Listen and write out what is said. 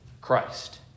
Christ